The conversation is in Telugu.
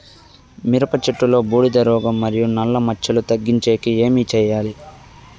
మిరప చెట్టులో బూడిద రోగం మరియు నల్ల మచ్చలు తగ్గించేకి ఏమి చేయాలి?